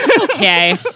okay